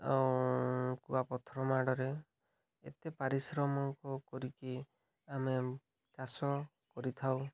କୁଆପଥର ମାଡ଼ରେ ଏତେ ପରିଶ୍ରମକୁ କରିକି ଆମେ ଚାଷ କରିଥାଉ